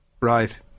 Right